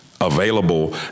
available